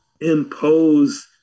impose